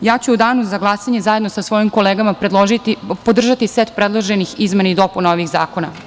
U danu za glasanje ću, zajedno sa svojim kolegama, podržati set predloženih izmena i dopuna ovih zakona.